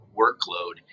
workload